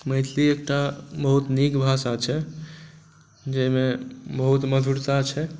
मैथिली एकटा बहुत नीक भाषा छै जाहीमे बहुत मधुरता छै